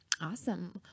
Awesome